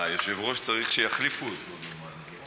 היושב-ראש צריך שיחליפו אותו, דומני.